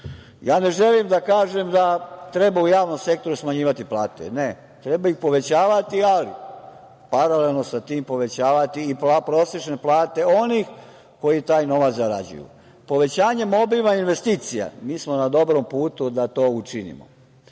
Ne želim da kažem da treba u javnom sektoru smanjivati plati. Ne. Treba ih povećavati, ali paralelno sa tim povećavati i prosečne plate onih koji taj novac zarađuju. Povećanjem obima investicija mi smo na dobrom putu da to učinimo.